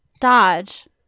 Dodge